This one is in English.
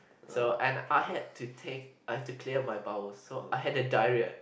so and I had to take I have to clear my bowels so I had the diarrhoea